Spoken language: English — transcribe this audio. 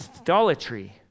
idolatry